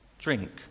Drink